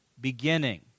beginning